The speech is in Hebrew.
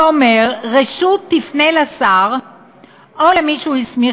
שאומר: רשות תפנה לשר או למי שהוא הסמיך